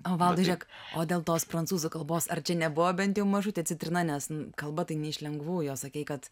o valdai žiūrėk o dėl tos prancūzų kalbos ar čia nebuvo bent jau mažutė citrina nes kalba tai ne iš lengvųjų sakei kad